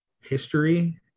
history